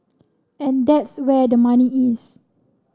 and that's where the money is